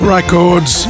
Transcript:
Records